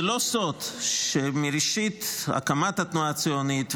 זה לא סוד שמראשית הקמת התנועה הציונית,